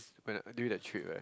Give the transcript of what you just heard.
when I during that trip right